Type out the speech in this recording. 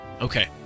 Okay